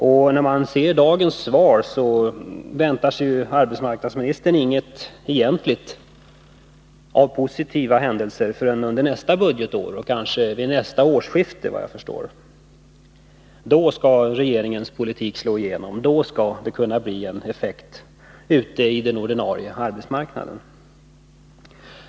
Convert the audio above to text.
Och som framgår av dagens svar väntar sig arbetsmarknadsminis Måndagen den tern inget egentligt i fråga om positiva händelser förrän under nästa budgetår 15 februari 1982 och kanske vid nästa årsskifte, vad jag förstår. Då skall regeringens politik slå igenom, då skall det kunna bli en effekt ute i den ordinarie arbetsmarknaden.